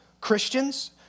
Christians